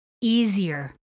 easier